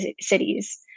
cities